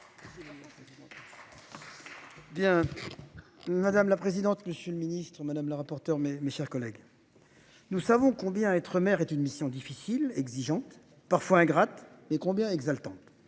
Madame la présidente. Monsieur le Ministre, madame la rapporteure mes, mes chers collègues. Nous savons combien à être maire est une mission difficile, exigeante, parfois ingrate et combien exaltante,